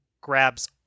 grabs